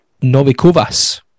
Novikovas